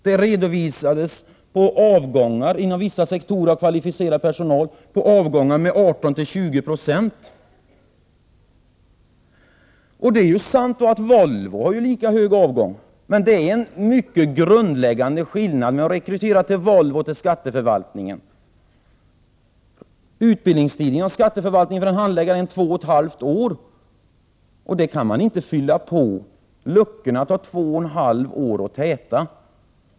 Det redovisades avgångar inom vissa sektorer av kvalificerad personal med 18-20 96. Det är sant att Volvo har lika höga avgångar, men det är grundläggande skillnader mellan rekrytering till Volvo och rekrytering till skatteförvaltningen. Utbildningstiden för en handläggare inom skatteförvaltningen är två och ett halvt år. Man kan ju inte snabbt fylla på luckor som tar två och ett halvt år att täta.